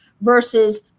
versus